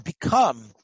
become